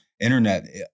internet